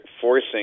forcing